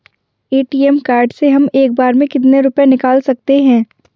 ATM card से हम एक बार में कितने रुपये निकाल सकते हैं?